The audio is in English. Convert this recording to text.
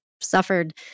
suffered